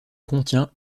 contient